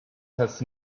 has